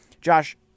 Josh